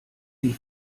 die